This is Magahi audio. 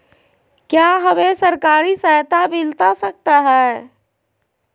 क्या हमे सरकारी सहायता मिलता सकता है?